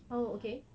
oh okay